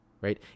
right